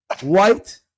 White